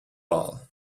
all